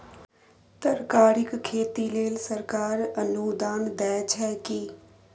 तरकारीक खेती लेल सरकार अनुदान दै छै की?